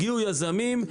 הגיעו יזמים,